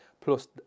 Plus